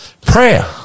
Prayer